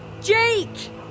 Jake